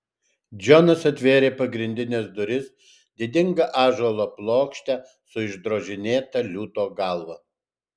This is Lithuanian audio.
džonas atvėrė pagrindines duris didingą ąžuolo plokštę su išdrožinėta liūto galva